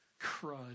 crud